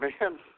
man